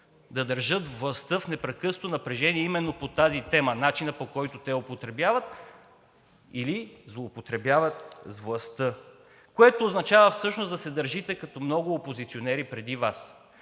да държат властта в непрекъснато напрежение именно по тази тема – начинът, по който те я употребяват или злоупотребяват с властта, което означава всъщност да се държите като много опозиционери преди Вас.